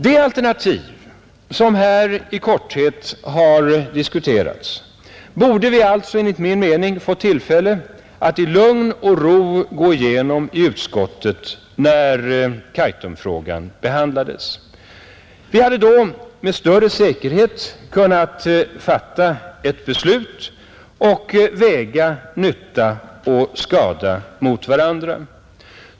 De alternativ som här i korthet har diskuterats borde vi alltså enligt min mening ha fått tillfälle att i lugn och ro gå igenom i utskottet när Kaitum—Ritsemfrågan behandlades. Vi hade då med större säkerhet kunnat fatta ett beslut och väga nytta och skada mot varandra.